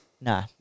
No